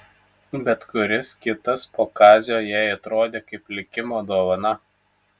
bet kuris kitas po kazio jai atrodė kaip likimo dovana